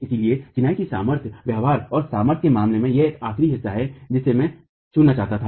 इसलिए चिनाई की सामर्थ्य व्यवहार और सामर्थ्य के मामले में यह एक आखिरी हिस्सा है जिसे मैं छूना चाहता था